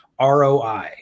ROI